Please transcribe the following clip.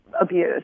abuse